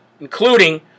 including